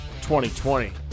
2020